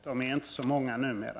De är inte så många numera.